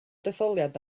detholiad